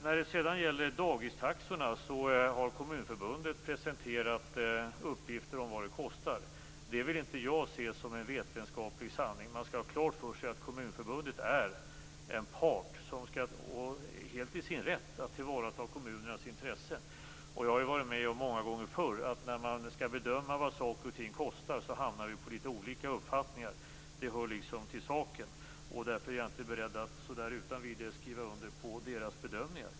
När det sedan gäller dagistaxorna har Kommunförbundet presenterat uppgifter om vad det kostar. Det vill inte jag se som en vetenskaplig sanning. Man skall ha klart för sig att Kommunförbundet är en part som skall - och det helt i sin rätt - tillvarata kommunernas intressen. Jag har många gånger förr varit med om att när man skall bedöma vad saker och ting kostar hamnar vi på litet olika uppfattningar. Det hör till saken. Därför är jag inte beredd att så där utan vidare skriva under på Kommunförbundets bedömningar.